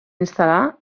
instal·lar